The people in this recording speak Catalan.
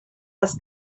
les